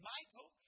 Michael